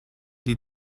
die